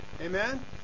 Amen